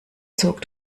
zog